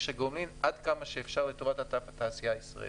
הגומלין עד כמה שאפשר לטובת התעשייה הישראלית.